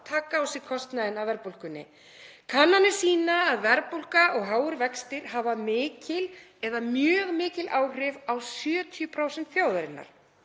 taka á sig kostnaðinn af verðbólgunni. Kannanir sýna að verðbólga og háir vextir hafa mikil eða mjög mikil áhrif á 70% þjóðarinnar.